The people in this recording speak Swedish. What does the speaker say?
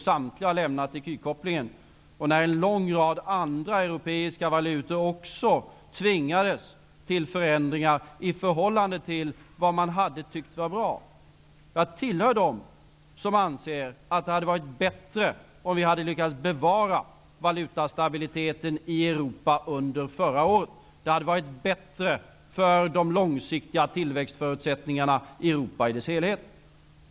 Samtliga har lämnat ecu-kopplingen. Man har också beträffande en lång rad andra europeiska valutor tvingats till förändringar i förhållande till vad man hade tyckt vara bra. Jag hör till dem som anser att det hade varit bättre om vi under förra året hade lyckats bevara valutastabiliteten i Europa. Det hade varit bättre för de långsiktiga tillväxtförutsättningarna i Europa i dess helhet.